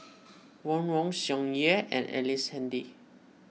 Ron Wong Tsung Yeh and Ellice Handy